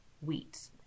wheat